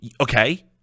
Okay